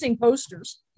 posters